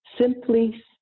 Simply